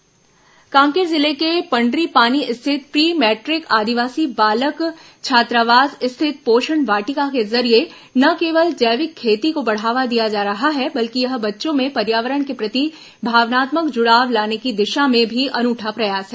पोषण वाटिका कांकेर जिले के पंडरीपानी स्थित प्री मैट्रिक आदिवासी बालक छात्रावास स्थित पोषण वाटिका के जरिये न केवल जैविक खेती को बढ़ावा दिया जा रहा है बल्कि यह बच्चों में पर्यावरण के प्रति भावनात्मक जुड़ाव लाने की दिशा में भी अनूठा प्रयास है